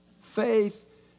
Faith